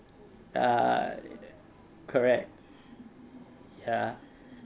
ah correct ya